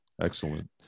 Excellent